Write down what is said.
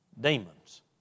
demons